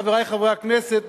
חברי חברי הכנסת,